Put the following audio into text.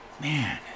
Man